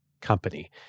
Company